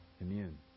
immune